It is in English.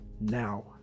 now